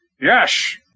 Yes